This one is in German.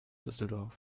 düsseldorf